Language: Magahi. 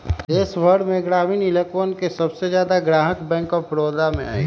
देश भर में ग्रामीण इलकवन के सबसे ज्यादा ग्राहक बैंक आफ बडौदा में हई